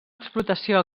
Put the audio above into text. explotació